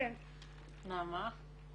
נעמה.